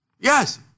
Yes